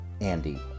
Andy